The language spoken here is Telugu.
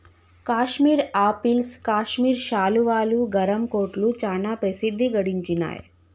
కాశ్మీర్ ఆపిల్స్ కాశ్మీర్ శాలువాలు, గరం కోట్లు చానా ప్రసిద్ధి గడించినాయ్